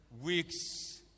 weeks